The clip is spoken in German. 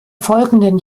folgenden